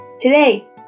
Today